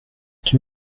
qui